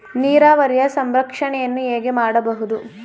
ನೀರಾವರಿಯ ಸಂರಕ್ಷಣೆಯನ್ನು ಹೇಗೆ ಮಾಡಬಹುದು?